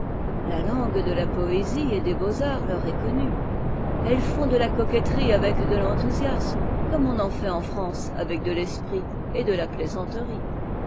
la langue de fa poésie et des beaux-arts leur est connue ettes font de la coquetterie avec de l'enthousiasme comme on en fait en france avéc de l'esprit et de la plaisanterie